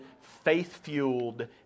faith-fueled